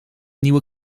nieuwe